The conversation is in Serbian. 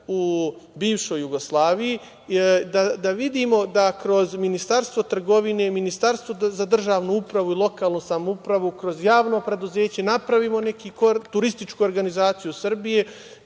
u bivšoj Jugoslaviji. Da vidimo, da kroz Ministarstvo trgovine, Ministarstvo za državnu upravu i lokalnu samoupravu, kroz javno preduzeće napravimo neku turističku organizaciju Srbije